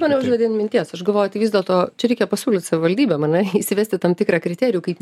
mane užvedei minties aš galvoju tai vis dėlto čia reikia pasiūlyt savivaldybėm ane įsivesti tam tikrą kriterijų kaip